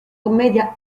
commedia